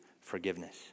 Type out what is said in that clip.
forgiveness